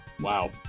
Wow